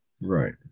Right